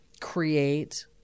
create